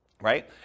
Right